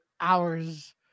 hours